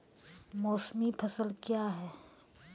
मौसमी फसल क्या हैं?